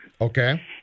Okay